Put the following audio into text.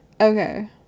Okay